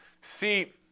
See